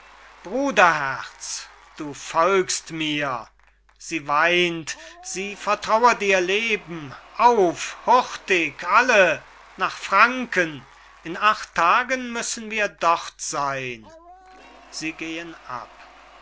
bruderherz du folgst mir sie weint sie weint sie vertrauert ihr leben auf hurtig alle nach franken in acht tagen müssen wir dort seyn